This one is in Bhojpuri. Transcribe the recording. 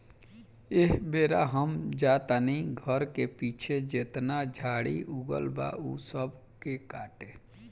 एह बेरा हम जा तानी घर के पीछे जेतना झाड़ी उगल बा ऊ सब के काटे